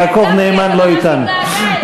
יעקב נאמן לא אתנו.